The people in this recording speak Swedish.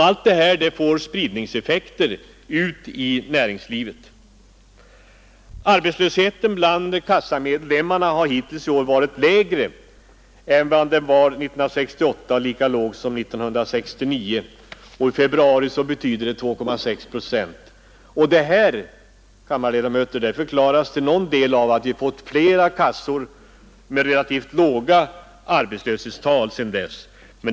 Allt detta får spridningseffekter ut i näringslivet. Arbetslösheten bland kassamedlemmarna har hittills i år varit lägre än vad den var 1968 och lika låg som 1969; det betyder att den i februari var 2,6 procent. Och detta förklaras till någon del av att vi nu har fått flera kassor med relativt låga arbetslöshetstal.